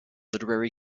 literary